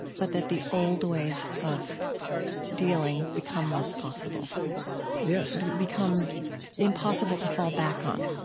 but that the old ways of dealing become less possible yes become impossible to fall back on.